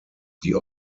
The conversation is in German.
die